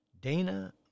Dana